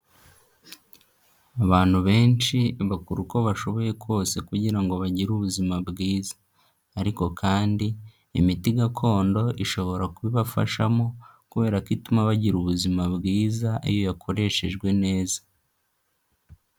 Abantu benshi bakora uko bashoboye kose kugira ngo bagire ubuzima bwiza. Ariko kandi imiti gakondo ishobora kubibafashamo kubera ko ituma bagira ubuzima bwiza iyo yakoreshejwe neza.